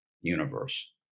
universe